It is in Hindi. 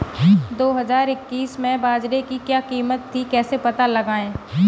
दो हज़ार इक्कीस में बाजरे की क्या कीमत थी कैसे पता लगाएँ?